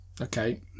okay